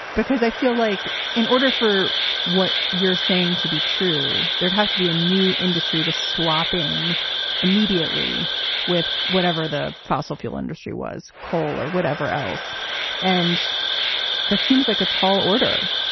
because i feel like in order for what you're saying to be true, there'd have to be a new industry to swap in immediately with whatever the fossil fuel industry was, coal or whatever else and that seems like a tall order